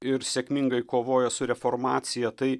ir sėkmingai kovoja su reformacija tai